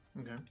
Okay